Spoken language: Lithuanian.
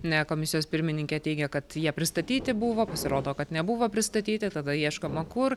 ne komisijos pirmininkė teigia kad ją pristatyti buvo pasirodo kad nebuvo pristatyti tada ieškoma kur